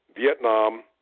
Vietnam